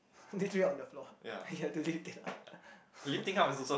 literally on the floor you had to lift it up